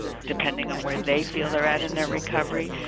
depending on where they feel they're at in their recovery.